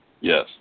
Yes